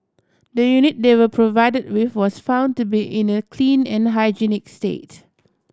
the unit they were provided with was found to be in a clean and hygienic state